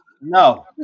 No